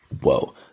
Whoa